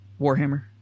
Warhammer